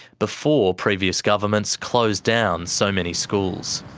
before previous governments closed down so many schools.